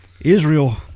Israel